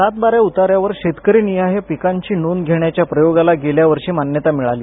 सातबारा उताऱ्यांवर शेतकरीनिहाय पिकांची नोंद घेण्याच्या प्रयोगाला गेल्या वर्षी मान्यता मिळाली